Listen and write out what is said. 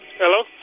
Hello